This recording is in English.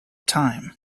time